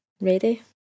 ready